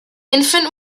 infant